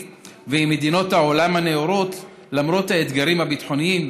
ועם מדינות העולם הנאורות למרות האתגרים הביטחוניים?